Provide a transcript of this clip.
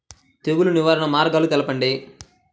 తెగులు నివారణ మార్గాలు తెలపండి?